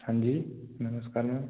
हाँ जी नमस्कार मैम